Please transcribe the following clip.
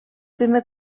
primer